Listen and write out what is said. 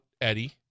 Eddie